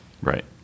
Right